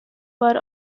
were